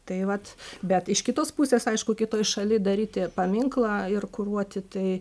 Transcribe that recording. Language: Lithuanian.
tai vat bet iš kitos pusės aišku kitoj šaly daryti paminklą ir kuruoti tai